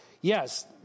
Yes